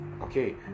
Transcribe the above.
Okay